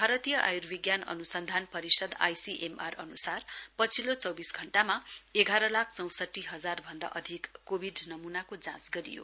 भारतीय आयुर्विज्ञान अनुसन्धान परिषद आईसीएमआर अनुसार पछिल्लो चौविस घण्टामा एघार लाख चौंसठी हजार भन्दा अधिक कोविड नमूनाको जाँच गरियो